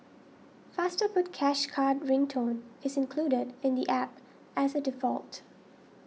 faster put cash card ring tone is included in the App as a default